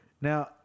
Now